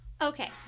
Okay